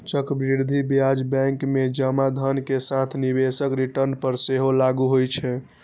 चक्रवृद्धि ब्याज बैंक मे जमा धन के साथ निवेशक रिटर्न पर सेहो लागू होइ छै